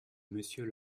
monsieur